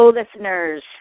listeners